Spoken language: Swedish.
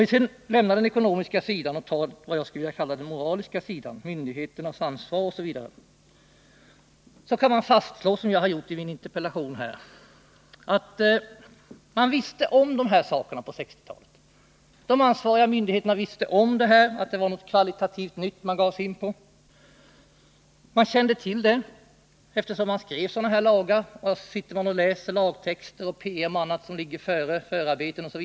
Om vi lämnar den ekonomiska sidan av frågan och ser på vad jag skulle vilja kalla dess moraliska sida, dvs. myndigheternas ansvar osv., kan det fastslås, som jag har gjort i min interpellation, att fakta på detta område var kända för myndigheterna på 1960-talet. De ansvariga myndigheterna visste om att det var något kvalitativt nytt som man gav sig in på. När man läser lagtexter, promemorior och andra förarbeten står det klart att så var fallet.